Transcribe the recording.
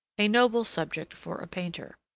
a noble subject for a painter.